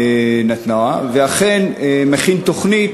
ואכן הוא מכין תוכנית